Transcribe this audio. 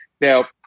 Now